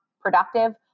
productive